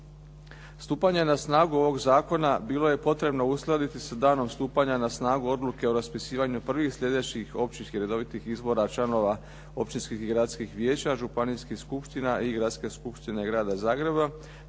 Stupanjem na snagu ovog zakona bilo je potrebno uskladiti se danom stupanja na snagu odluke o raspisivanju prvih sljedećih općinskih redovitih izbora članova općinskih i gradskih vijeća, županijskih skupština i Gradske skupštine Grada Zagreba